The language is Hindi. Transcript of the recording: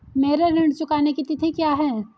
मेरे ऋण चुकाने की तिथि क्या है?